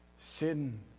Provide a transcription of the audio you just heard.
Sin